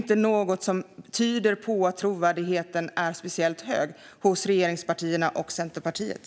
Det finns inget som tyder på att trovärdigheten är speciellt hög hos regeringspartierna och Centerpartiet.